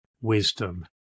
wisdom